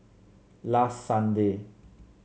last Sunday